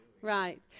Right